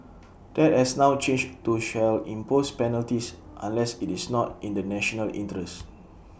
that has now changed to shall impose penalties unless IT is not in the national interest